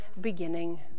beginning